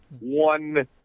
one